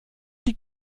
die